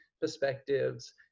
perspectives